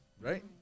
right